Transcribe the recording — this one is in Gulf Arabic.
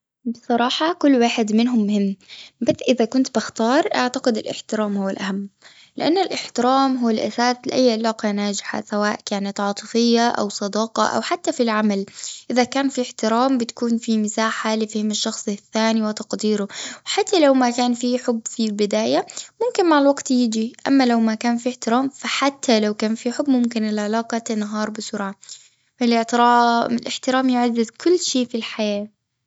بصراحة كل واحد منهم مهم، بس إذا كنت بختار، أعتقد الاحترام هو الأهم. لأن الاحترام هو الأساس لأي علاقة ناجحة، سواء كانت عاطفية، أو صداقة، أو حتى في العمل. إذا كان في احترام، بتكون في مساحة لفهم الشخص الثاني، وتقديره. وحتى لو ما كان في حب في البداية، ممكن مع الوقت يجي. أما لو ما كان في احترام، فحتى لو كان في حب ممكن العلاقة تنهار بسرعة فالاعتراف- الاحترام يعزز كل شي في الحياة.